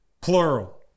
plural